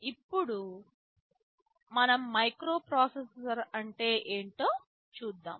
ఇప్పుడు మనం మైక్రోప్రాసెసర్ అంటే ఏంటో చూద్దాం